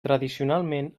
tradicionalment